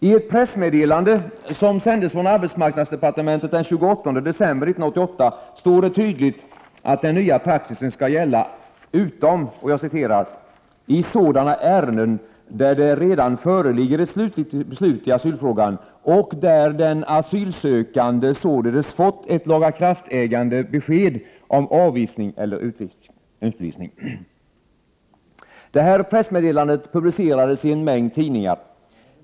I ett pressmedelande, som sändes från arbetsmarknadsdepartementet den 28 december 1988 står det tydligt att den nya praxisen skall gälla utom ”i sådana ärenden där det redan föreligger ett slutligt beslut i asylfrågan och där den asylsökande således fått ett lagakraftägande besked om avvisning eller utvisning”. Det här pressmeddelandet publicerades i en mängd tidningar.